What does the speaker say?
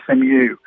SMU